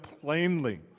plainly